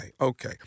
okay